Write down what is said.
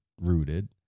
rooted